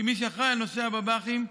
כמי שאחראי לנושא הבב"חים,